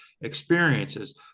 experiences